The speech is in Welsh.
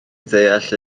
ddeall